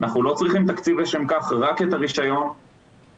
כשמישהו הולך לעשות פרויקט והוא לא מדיד,